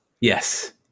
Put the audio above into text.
Yes